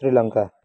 Sri Lanka